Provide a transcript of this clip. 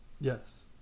Yes